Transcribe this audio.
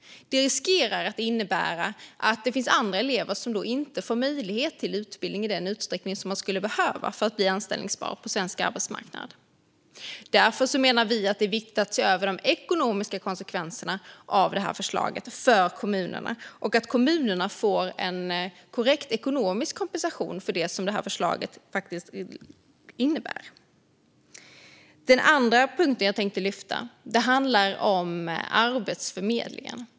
Det riskerar att innebära att andra elever då inte får möjlighet till utbildning i den utsträckning som de skulle behöva för att bli anställbara på svensk arbetsmarknad. Därför menar vi att det är viktigt att se över de ekonomiska konsekvenserna av förslaget för kommunerna och att kommunerna får en korrekt ekonomisk kompensation för det som detta förslag faktiskt innebär. Det andra gäller Arbetsförmedlingen.